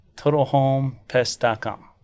TotalHomePest.com